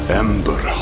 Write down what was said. ember